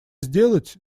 сделать